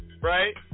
Right